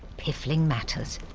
piffling matters.